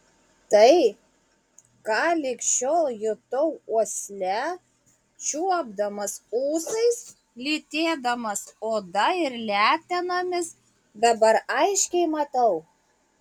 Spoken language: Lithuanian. tai ką lig šiol jutau uosle čiuopdamas ūsais lytėdamas oda ir letenomis dabar aiškiai matau